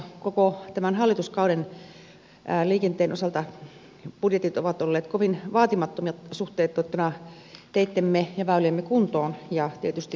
koko tämän hallituskauden budjetit ovat olleet liikenteen osalta kovin vaatimattomia suhteutettuna teittemme ja väyliemme kuntoon ja tietysti korjausvelkaan